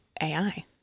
ai